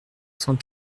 cent